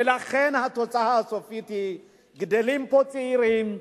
ולכן התוצאה הסופית היא שגדלים פה צעירים,